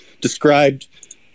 described